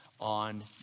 On